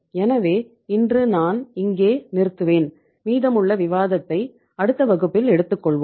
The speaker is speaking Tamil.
எனவே இன்று நான் இங்கே நிறுத்துவேன் மீதமுள்ள விவாதத்தை அடுத்த வகுப்பில் எடுத்துக்கொள்வோம்